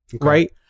right